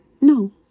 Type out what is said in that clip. no